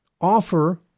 offer